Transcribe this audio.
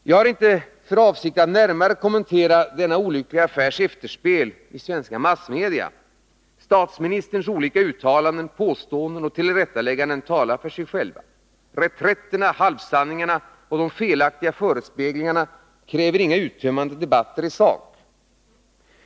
Jag har inte för avsikt att närmare kommentera denna olyckliga affärs efterspel i svenska massmedia. Statsministerns olika uttalanden, påståenden och tillrättalägganden talar för sig själva. Reträtterna, halvsanningarna och de felaktiga förespeglingarna kräver inga uttömmande debatter i sak.